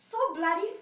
so bloody